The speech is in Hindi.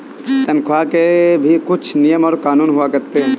तन्ख्वाह के भी कुछ नियम और कानून हुआ करते हैं